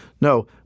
No